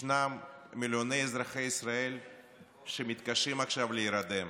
ישנם מיליוני אזרחי ישראל שמתקשים להירדם,